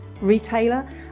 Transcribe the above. retailer